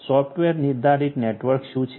software નિર્ધારિત networks શું છે